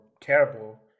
terrible